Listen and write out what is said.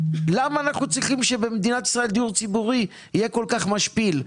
למה אנחנו צריכים שבמדינת ישראל דיור ציבורי יהיה כל כך משפיל,